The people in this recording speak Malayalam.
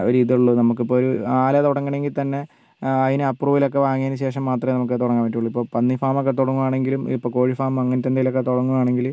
ഒരു ഇതുള്ളൂ നമുക്കിപ്പോൾ ഒരു ആല തുടങ്ങണമെങ്കിൽ തന്നെ അതിന് അപ്പ്രൂവൽ ഒക്കെ വാങ്ങിയതിനു ശേഷം മാത്രമേ നമുക്ക് അത് തുടങ്ങാൻ പറ്റുള്ളൂ ഇപ്പോൾ പന്നി ഫാം ഒക്കെ തുടങ്ങാനാണെങ്കിലും ഇപ്പോൾ കോഴി ഫാം അങ്ങനത്തെ എന്തെങ്കിലുമൊക്കെ തുടങ്ങുവാണെങ്കിൽ